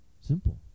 Simple